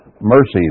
mercy